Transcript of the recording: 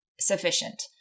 sufficient